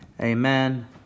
Amen